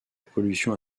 pollution